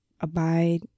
abide